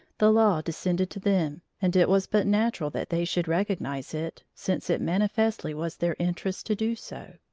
the law descended to them, and it was but natural that they should recognize it, since it manifestly was their interest to do so.